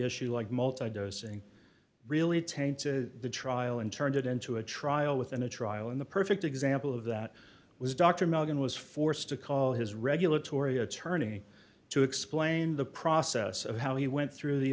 issue like multi dose ing really tainted the trial and turned it into a trial within a trial in the perfect example of that was dr milligan was forced to call his regulatory attorney to explain the process of how he went through the